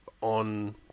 on